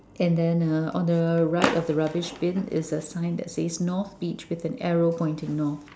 and then uh on the right of the rubbish bin is a sign that says north beach with an arrow pointing north